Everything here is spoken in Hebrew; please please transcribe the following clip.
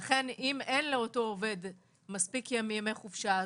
לכן אם אין לאותו עובד מספיק ימי חופשה,